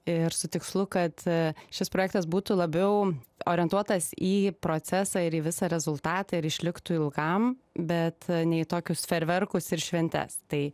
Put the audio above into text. ir su tikslu kad šis projektas būtų labiau orientuotas į procesą ir į visą rezultatą ir išliktų ilgam bet ne į tokius fejerverkus ir šventes tai